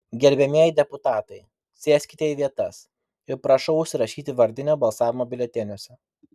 gerbiamieji deputatai sėskite į vietas ir prašau užsirašyti vardinio balsavimo biuleteniuose